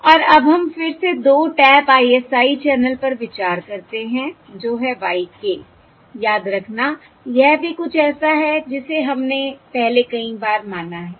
और अब हम फिर से 2 टैप ISI चैनल पर विचार करते हैं जो है y k याद रखना यह भी कुछ ऐसा है जिसे हमने पहले कई बार माना है